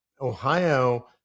Ohio